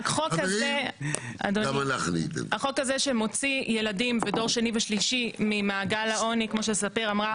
החוק הזה שמוציא ילדים ודור שני ושלישי ממעגל העוני כמו שספיר אמרה,